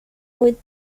with